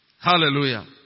Hallelujah